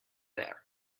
there